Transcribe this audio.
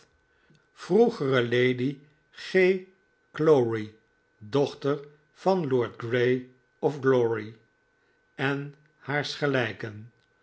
vroeger lady g glowry dochter van lord grey of glowry en haars gelijken